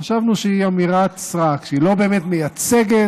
חשבנו שהיא אמירת סרק, שהיא לא באמת מייצגת